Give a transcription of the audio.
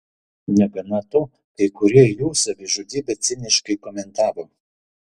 negana to kai kurie jų savižudybę ciniškai komentavo